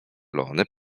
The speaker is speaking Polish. lony